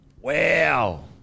Wow